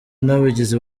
n’abagizi